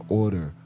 order